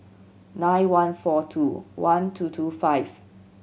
nine one four two one two two five